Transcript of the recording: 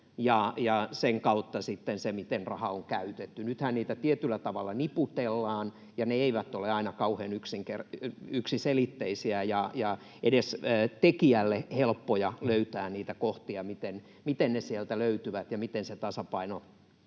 sen kautta sitten se, miten raha on käytetty. Nythän niitä tietyllä tavalla niputellaan, eikä ole aina kauhean yksiselitteistä eikä edes tekijälleen helppoa löytää niitä kohtia: miten ne sieltä löytyvät ja miten se tasapaino löytyy